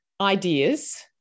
ideas